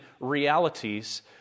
realities